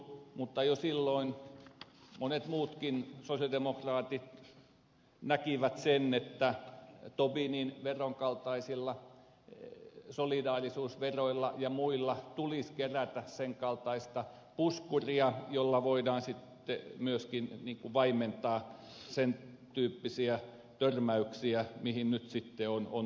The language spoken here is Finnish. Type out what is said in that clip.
mutta jo silloin monet muutkin sosialidemokraatit näkivät sen että tobinin veron kaltaisilla solidaarisuusveroilla ja muilla tulisi kerätä sen kaltaista puskuria jolla voidaan sitten myöskin vaimentaa sen tyyppisiä törmäyksiä mihin nyt sitten on tultu